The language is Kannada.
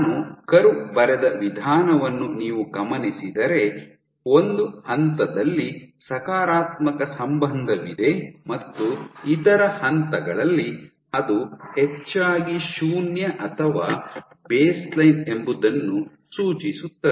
ನಾನು ಕರ್ವ್ ಬರೆದ ವಿಧಾನವನ್ನು ನೀವು ಗಮನಿಸಿದರೆ ಒಂದು ಹಂತದಲ್ಲಿ ಸಕಾರಾತ್ಮಕ ಸಂಬಂಧವಿದೆ ಮತ್ತು ಇತರ ಹಂತಗಳಲ್ಲಿ ಅದು ಹೆಚ್ಚಾಗಿ ಶೂನ್ಯ ಅಥವಾ ಬೇಸ್ಲೈನ್ ಎಂಬುದನ್ನು ಸೂಚಿಸುತ್ತದೆ